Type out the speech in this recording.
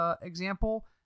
example